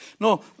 No